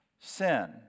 sin